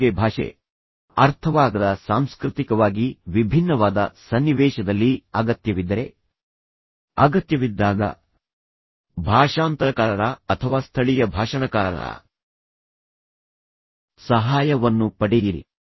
ನಿಮಗೆ ಭಾಷೆ ಅರ್ಥವಾಗದ ಸಾಂಸ್ಕೃತಿಕವಾಗಿ ವಿಭಿನ್ನವಾದ ಸನ್ನಿವೇಶದಲ್ಲಿ ಅಗತ್ಯವಿದ್ದರೆ ಅಗತ್ಯವಿದ್ದಾಗ ಭಾಷಾಂತರಕಾರರ ಅಥವಾ ಸ್ಥಳೀಯ ಭಾಷಣಕಾರರ ಸಹಾಯವನ್ನು ಪಡೆಯಿರಿ